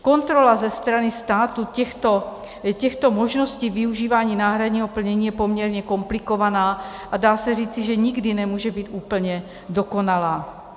Kontrola ze strany státu těchto možností využívání náhradního plnění je poměrně komplikovaná a dá se říci, že nikdy nemůže být úplně dokonalá.